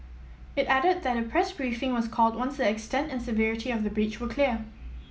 it added that a press briefing was called once the extent and severity of the breach were clear